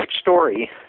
story